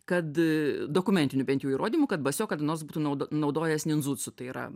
kad dokumentinių bent jau įrodymų kad basio kada nors būtų naudo naudojęs ninzucų tai yra